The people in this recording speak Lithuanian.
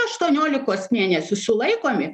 aštuoniolikos mėnesių sulaikomi